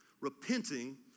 repenting